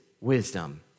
wisdom